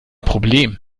problem